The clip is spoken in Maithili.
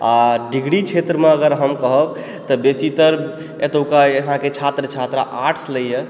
आ डिग्री क्षेत्रमे अगर हम कहब तऽ बेसीतर एतुका यहाँ के छात्र छात्रा आर्ट्स लैया